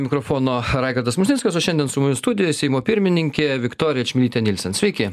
mikrofono raigardas musnickas o šiandien su mumis studijoj seimo pirmininkė viktorija čmilytė nielsen sveiki